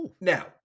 Now